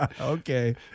Okay